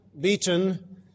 beaten